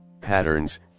patterns